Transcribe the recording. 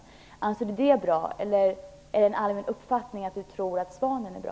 Anser Karin Olsson att det är bra, eller är det Karin Olssons allmänna uppfattning att svanen är bra?